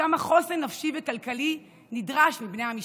וכמה חוסן נפשי וכלכלי נדרש מבני המשפחה.